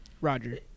Roger